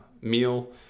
meal